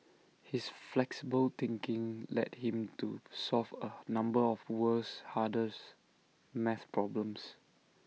his flexible thinking led him to solve A number of world's hardest math problems